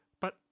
But